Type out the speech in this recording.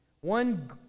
one